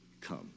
come